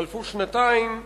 חלפו שנתיים,